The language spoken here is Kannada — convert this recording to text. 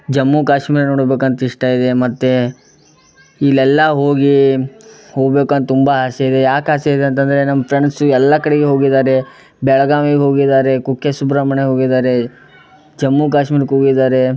ಜಮ್ಮು ಕಾಶ್ಮೀರ ನೋಡ್ಬೇಕಂತ ಇಷ್ಟ ಇದೆ ಮತ್ತು ಇಲ್ಲೆಲ್ಲ ಹೋಗಿ ಹೋಗ್ಬೇಕಂತ ತುಂಬ ಆಸೆ ಇದೆ ಯಾಕೆ ಆಸೆ ಇದೆ ಅಂತಂದರೆ ನಮ್ಮ ಫ್ರೆಂಡ್ಸು ಎಲ್ಲ ಕಡೆಗು ಹೋಗಿದ್ದಾರೆ ಬೆಳಗಾವಿಗ್ ಹೋಗಿದ್ದಾರೆ ಕುಕ್ಕೆ ಸುಬ್ರಹ್ಮಣ್ಯ ಹೋಗಿದ್ದಾರೆ ಜಮ್ಮು ಕಾಶ್ಮೀರ್ಕೆ ಹೋಗಿದ್ದಾರೆ